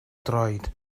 droed